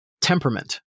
temperament